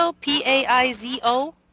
P-A-I-Z-O